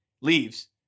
Leaves